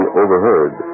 overheard